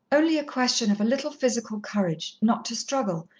only a question of a little physical courage. not to struggle.